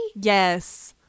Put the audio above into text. Yes